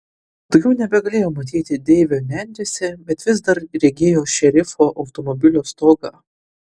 daugiau nebegalėjo matyti deivio nendrėse bet vis dar regėjo šerifo automobilio stogą